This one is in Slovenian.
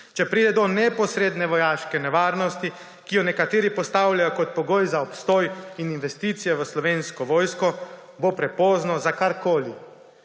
Če pride do neposredne vojaške nevarnosti, ki jo nekateri postavljajo kot pogoj za obstoj in investicije v Slovensko vojsko, bo prepozno za karkoli.